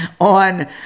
on